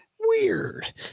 Weird